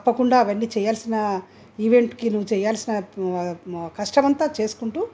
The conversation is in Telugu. తప్పకుండా అవన్నీ చేయాల్సిన ఈవెంట్కి నువ్వు చేయాల్సిన కష్టమంతా చేసుకుంటూ